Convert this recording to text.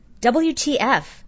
WTF